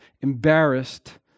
embarrassed